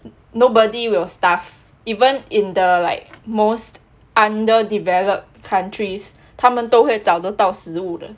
nobody will starve even in the like most underdeveloped countries 他们都会找得到食物的